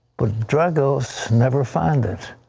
but dragos never found it.